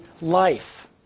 life